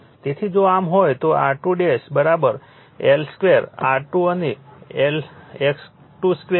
તેથી જો આમ હોય તો R2 L2 R2 અને X2 K2 X2 છે